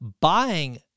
Buying